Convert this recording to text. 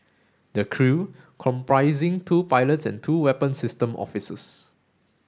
the crew comprising two pilots and two weapon system officers